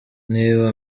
niba